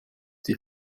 die